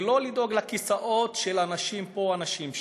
ולא לדאוג לכיסאות של אנשים פה או אנשים שם.